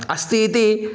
अस्ति इति